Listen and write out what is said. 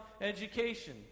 education